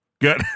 good